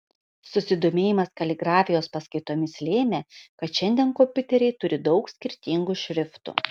susidomėjimas kaligrafijos paskaitomis lėmė kad šiandien kompiuteriai turi daug skirtingų šriftų